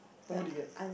what book did you get